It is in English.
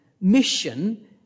mission